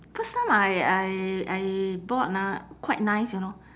first time I I I bought ah quite nice you know